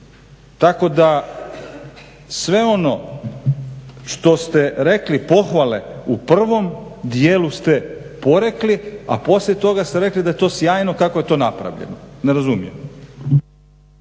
Tako da sve ono što ste rekli pohvale u prvom dijeli ste porekli, a poslije toga ste rekli da je to sjajno kako je to napravljeno. Ne razumijem.